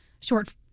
short